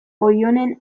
oionen